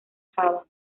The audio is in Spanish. java